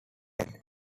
led